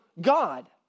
God